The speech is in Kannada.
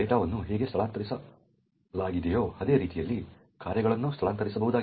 ಡೇಟಾವನ್ನು ಹೇಗೆ ಸ್ಥಳಾಂತರಗೊಳಿಸಲಾಗಿದೆಯೋ ಅದೇ ರೀತಿಯಲ್ಲಿ ಕಾರ್ಯಗಳನ್ನು ಸ್ಥಳಾಂತರಿಸಬಹುದಾಗಿದೆ